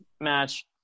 match